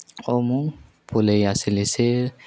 ଓ ମୁଁ ପଲେଇ ଆସିଲି ସେ